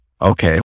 Okay